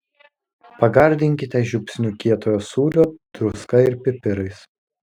pagardinkite žiupsniu kietojo sūrio druska ir pipirais